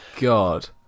God